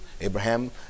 Abraham